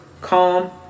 calm